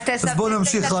אז בוא נמשיך הלאה.